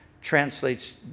translates